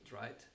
right